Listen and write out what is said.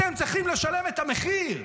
אתם צריכים לשלם את המחיר.